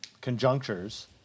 conjunctures